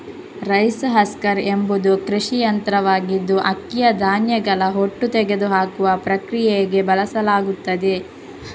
rice husker ಎಂಬುದು ಕೃಷಿ ಯಂತ್ರವಾಗಿದ್ದು ಅಕ್ಕಿಯ ಧಾನ್ಯಗಳ ಹೊಟ್ಟು ತೆಗೆದುಹಾಕುವ ಪ್ರಕ್ರಿಯೆಗೆ ಬಳಸಲಾಗುತ್ತದೆ